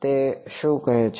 તે શું કહે છે